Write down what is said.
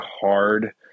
hard